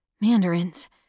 Mandarins